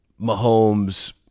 Mahomes